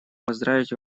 поздравить